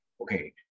okay